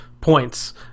points